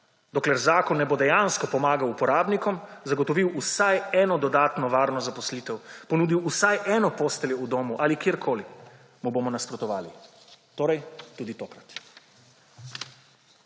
Dokler zakon ne bo dejansko pomagal uporabnikom, zagotovil vsaj eno dodatno varno zaposlitev, ponudil vsaj eno posteljo v domu ali kjerkoli, mu bomo nasprotovali. Torej, tudi tokrat.